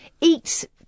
eat